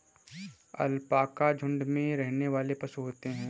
alpaca झुण्ड में रहने वाले पशु होते है